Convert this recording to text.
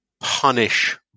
punish